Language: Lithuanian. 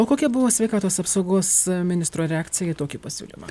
o kokia buvo sveikatos apsaugos ministro reakcija į tokį pasiūlymą